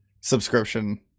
subscription